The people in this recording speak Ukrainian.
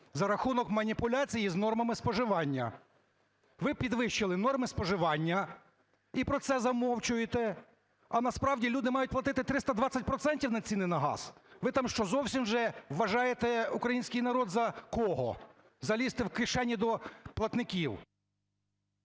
за рахунок маніпуляції з нормами споживання. Ви підвищили норми споживання і про це замовчуєте, а насправді люди мають платити 320 процентів ціни на газ? Ви там що, зовсім вже вважаєте український народ за кого? Залізти в кишені до платників!